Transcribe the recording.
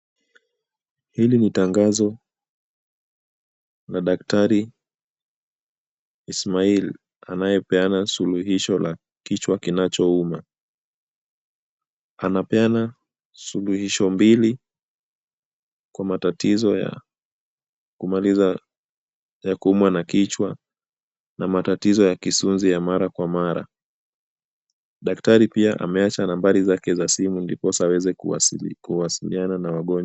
Hili ni tangazo la daktari Ismail anayepeana suluhisho la kichwa kinachouma. Anapeana suluhisho mbili kwa matatizo ya kumaliza kuumwa na kichwa na matatizo ya kisunzi ya mara kwa mara. Daktari pia ameacha nambari zake za simu ndiposa aweze kuwasiliana na wagonjwa.